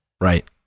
Right